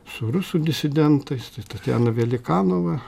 su rusų disidentais tatjana velikanova